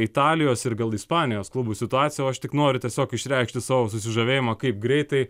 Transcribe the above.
italijos ir gal ispanijos klubų situaciją o aš tik noriu tiesiog išreikšti savo susižavėjimą kaip greitai